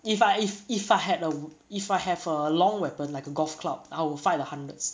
if I if if I had a if I have a long weapon like a golf club I will fight the hundred